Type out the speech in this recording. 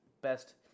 best